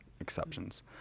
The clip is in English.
exceptions